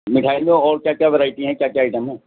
مٹھائی میں اور کیا کیا ویرائٹی ہیں کیا کیا آئٹم ہیں